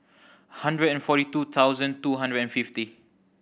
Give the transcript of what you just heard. hundred and forty two thousand two hundred and fifty